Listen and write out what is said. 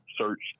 search